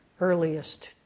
earliest